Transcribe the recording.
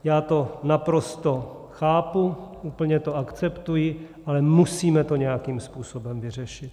Já to naprosto chápu, úplně to akceptuji, ale musíme to nějakým způsobem vyřešit.